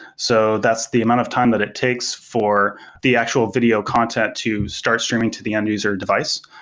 so that's the amount of time that it takes for the actual video content to start streaming to the end-user device.